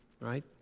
right